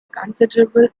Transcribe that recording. considerable